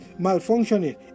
malfunctioning